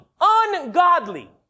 ungodly